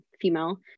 female